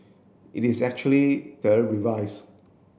it is actually the revise